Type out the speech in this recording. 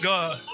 God